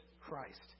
Christ